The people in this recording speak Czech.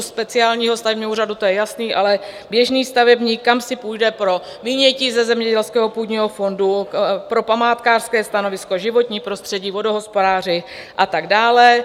U Speciálního stavebního úřadu to je jasné, ale běžný stavebník kam si půjde pro vynětí ze zemědělského půdního fondu, pro památkářské stanovisko, životní prostředí, vodohospodáři a tak dále?